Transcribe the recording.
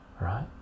right